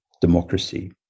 democracy